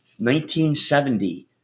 1970